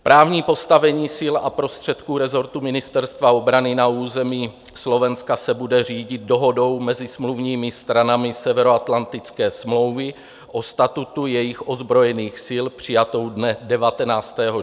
Právní postavení sil a prostředků rezortu Ministerstva obrany na území Slovenska se bude řídit Dohodou mezi smluvními stranami Severoatlantické smlouvy o statutu jejich ozbrojených sil, přijatou dne 19. června 1952 v Londýně.